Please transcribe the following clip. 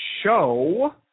show